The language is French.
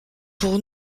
pour